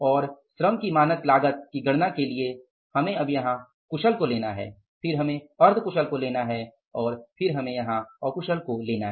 और श्रम की मानक लागत की गणना के लिए हमें अब यहां कुशल को लेना है फिर हमें अर्ध कुशल को लेना है और फिर हमें यहां अकुशल को लेना है